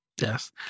Yes